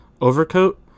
Overcoat